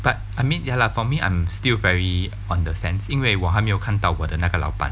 but I mean ya lah for me I'm still very on the fence 因为我还没有看到我的那个老板